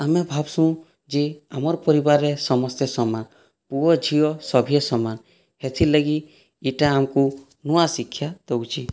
ଆମେ ଭାବ୍ସୁଁ ଯେ ଆମର୍ ପରିବାର୍ରେ ସମସ୍ତେ ସମାନ୍ ପୁଅ ଝିଅ ସଭେ ସମାନ୍ ହେତିର୍ଲାଗି ଇଟା ଆମ୍କୁ ନୂଆ ଶିକ୍ଷା ଦଉଛେ